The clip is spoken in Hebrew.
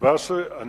על שיח' ראאד סלאח.